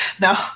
No